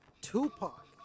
Tupac